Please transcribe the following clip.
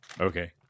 okay